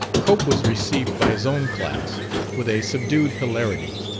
cope was received by his own class with a subdued hilarity.